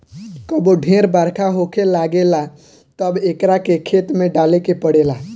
कबो ढेर बरखा होखे लागेला तब एकरा के खेत में डाले के पड़ेला